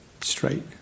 straight